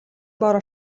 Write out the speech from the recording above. бороо